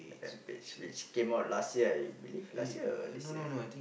Rampage which came out last year I believe last year or this year